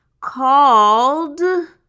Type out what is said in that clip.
Called